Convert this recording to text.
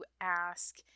ask